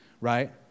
right